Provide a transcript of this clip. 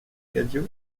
cadio